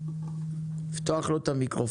קיבלתי התחייבות שאת כל המקרים של 37,